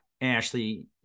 ashley